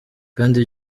kandi